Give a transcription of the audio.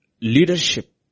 leadership